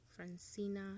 francina